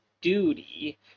duty